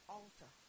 altar